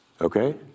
okay